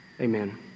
Amen